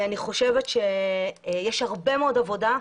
יש הרבה מאוד עבודה.